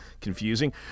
confusing